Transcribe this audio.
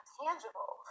tangible